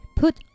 put